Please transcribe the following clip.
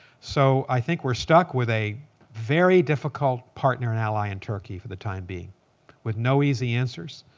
so i think we're stuck with a very difficult partner and ally in turkey for the time being with no easy answers.